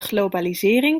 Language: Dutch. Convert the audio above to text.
globalisering